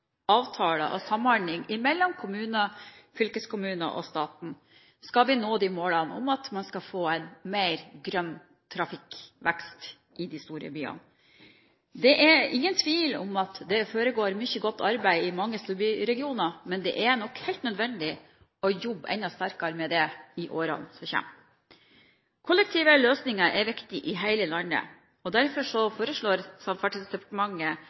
forpliktende avtaler og samhandling mellom kommuner, fylkeskommuner og staten skal vi nå målene om at vi skal få en mer grønn trafikkvekst i de store byene. Det er ingen tvil om at det foregår mye godt arbeid i mange storbyregioner, men det er nok helt nødvendig å jobbe enda hardere med det i årene som kommer. Kollektive løsninger er viktige i hele landet, og derfor